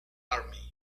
army